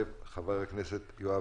אחר כך יהיה חבר הכנסת יאיר גולן,